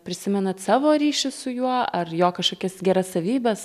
prisimenat savo ryšį su juo ar jo kažkokias geras savybes